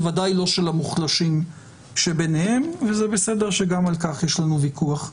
בוודאי לא של המוחלשים שביניהם וזה בסדר שגם על כך יש לנו וויכוח.